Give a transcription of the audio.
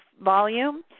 volume